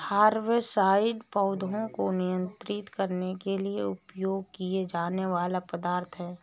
herbicides पौधों को नियंत्रित करने के लिए उपयोग किए जाने वाले पदार्थ हैं